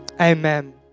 Amen